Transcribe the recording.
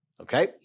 okay